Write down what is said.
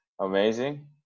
amazing